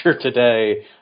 today